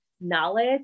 knowledge